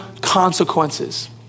consequences